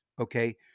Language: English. okay